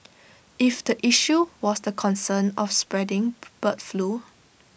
if the issue was the concern of spreading bird flu